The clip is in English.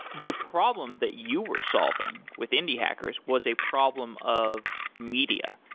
the problem that you were solving with indie hackers was a problem of media,